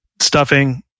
stuffing